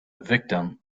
victim